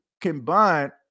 combine